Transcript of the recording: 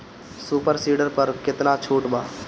Super seeder पर केतना छूट बा?